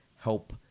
help